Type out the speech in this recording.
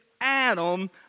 Adam